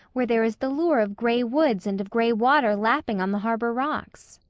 where there is the lure of gray woods and of gray water lapping on the harbor rocks?